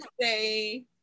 say